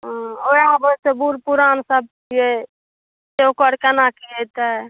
हँ ओएह बुढ़ पुरान सब छियै ओकर केना की होयतै